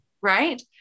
Right